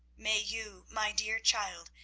may you, my dear child,